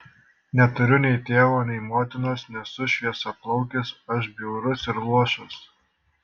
neturiu nei tėvo nei motinos nesu šviesiaplaukis aš bjaurus ir luošas